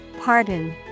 Pardon